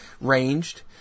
ranged